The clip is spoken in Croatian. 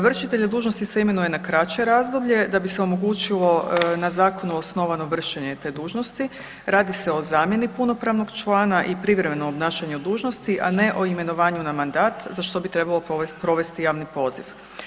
Vršitelji dužnosti se imenuje na kraće razdoblje da bi se omogućilo na zakonu osnovano vršenje te dužnosti, radi se o zamjeni punopravnog člana i privremenog obnašanja dužnosti a ne o imenovanju na mandat, za što bi trebalo provesti javni poziv.